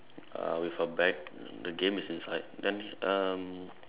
uh with a bag the game is inside then um